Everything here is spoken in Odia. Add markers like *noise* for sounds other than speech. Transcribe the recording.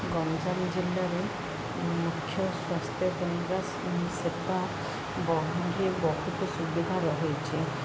ଗଞ୍ଜାମ ଜିଲ୍ଲାରେ ମୁଖ୍ୟ ସ୍ୱାସ୍ଥ୍ୟ କେନ୍ଦ୍ର ସେବା *unintelligible* ବହୁତ ସୁବିଧା ରହିଛି